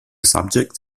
subject